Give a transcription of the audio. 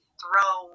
throw